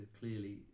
clearly